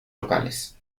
locales